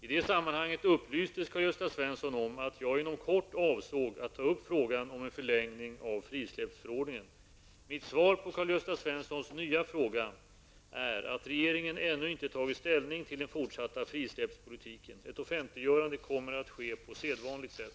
I det sammanhanget upplystes Karl-Gösta Svenson om att jag inom kort avsåg att ta upp frågan om en förlängning av frisläppsförordningen. Mitt svar på Karl-Gösta Svensons nya fråga är att regeringen ännu inte tagit ställning till den fortsatta frisläppspolitiken. Ett offentliggörande kommer att ske på sedvanligt sätt.